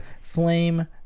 Flame